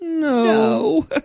no